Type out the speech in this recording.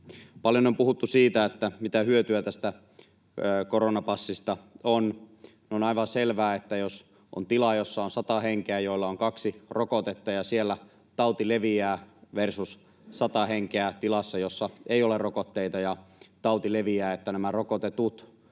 Paljon on puhuttu siitä, mitä hyötyä tästä koronapassista on. On aivan selvää, että jos on tila, jossa on sata henkeä, joilla on kaksi rokotetta, ja siellä tauti leviää versus sata henkeä tilassa, jossa ei ole rokotteita ja tauti leviää, nämä rokotetut